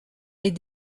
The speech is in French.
est